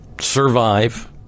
survive